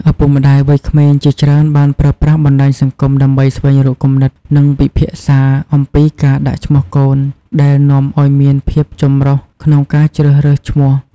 ឪពុកម្តាយវ័យក្មេងជាច្រើនបានប្រើប្រាស់បណ្តាញសង្គមដើម្បីស្វែងរកគំនិត និងពិភាក្សាអំពីការដាក់ឈ្មោះកូន ដែលនាំឱ្យមានភាពចម្រុះក្នុងការជ្រើសរើសឈ្មោះ។